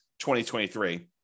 2023